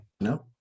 No